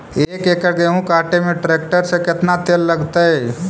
एक एकड़ गेहूं काटे में टरेकटर से केतना तेल लगतइ?